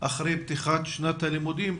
אחרי פתיחת שנת הלימודים,